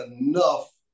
enough